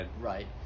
Right